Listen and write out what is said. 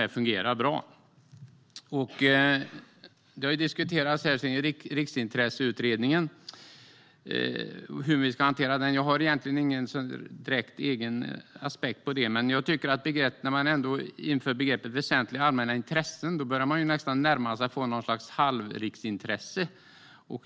Hur detta ska hanteras har diskuterats sedan Riksintresseutredningen. Jag har inte någon direkt egen aspekt på det, men jag tycker ändå att när man inför begreppet "väsentliga allmänna intressen" börjar man nästan närma sig något slags halvriksintresse.